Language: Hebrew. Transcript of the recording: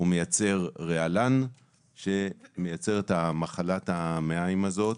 הוא מייצר רעלן שמייצר את מחלת המעיים הזו,